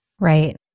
Right